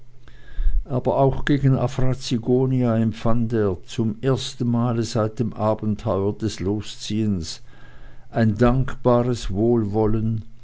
aber auch gegen afra zigonia empfand er zum ersten male seit dem abenteuer des losziehens ein dankbares wohlwollen